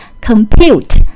compute